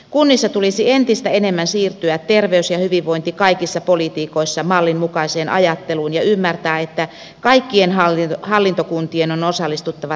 kunnissa tulisi entistä enemmän siirtyä terveys ja hyvinvointi kaikissa politiikoissa mallin mukaiseen ajatteluun ja ymmärtää että kaikkien hallintokuntien on osallistuttava tähän